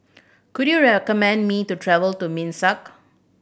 could you recommend me to travel to Minsk